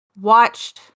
watched